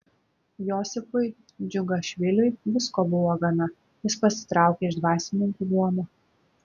josifui džiugašviliui visko buvo gana jis pasitraukė iš dvasininkų luomo